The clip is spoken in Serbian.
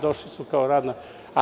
Došli su kao radna snaga.